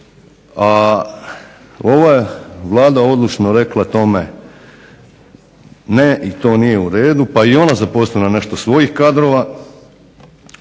a ova je Vlada odlučno rekla tome ne, to nije u redu, pa je i ona zaposlila nešto svojih kadrova